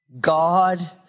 God